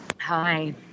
Hi